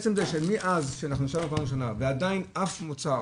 עצם זה שמאז שאנחנו ישבנו בפעם הראשונה ועדיין אף מוצר,